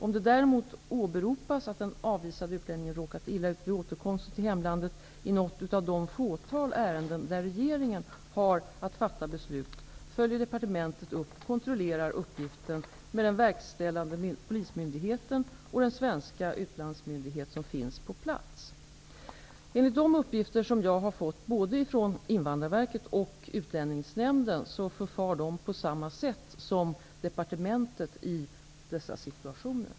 Om det däremot åberopas att den avvisade utlänningen råkat illa ut vid återkomsten till hemlandet i något av de fåtal ärenden där regeringen har att fatta beslut, följer departementet upp och kontrollerar uppgiften med den verkställande polismyndigheten och den svenska utlandsmyndighet som finns på plats. Enligt de uppgifter som jag har fått från både Invandrarverket och Utlänningsnämnden förfar de på samma sätt som departementet i dessa situationer.